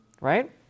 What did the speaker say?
right